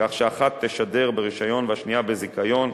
כך שאחת תשדר ברשיון והשנייה בזיכיון.